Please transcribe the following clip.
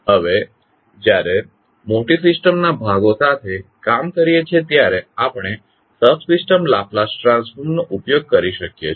હવે જ્યારે મોટી સિસ્ટમ ના ભાગો સાથે કામ કરીએ છીએ ત્યારે આપણે સબસિસ્ટમ લાપ્લાસ ટ્રાન્સફોર્મ નો ઉપયોગ કરી શકીએ છીએ